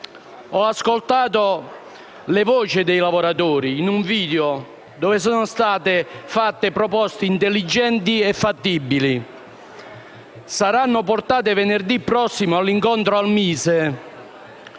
Ho ascoltato le voci dei lavoratori in un video nel quale sono state avanzate proposte intelligenti e fattibili che saranno portate venerdì prossimo all'incontro al MISE.